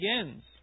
begins